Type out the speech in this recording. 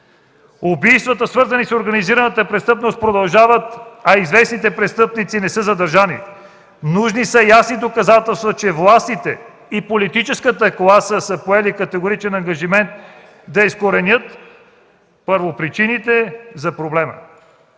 Убийствата, свързани с организираната престъпност продължават, а известните престъпници не са задържани. Нужни са ясни доказателства, че властите и политическата класа са поели категоричен ангажимент да изкоренят първопричините за проблема.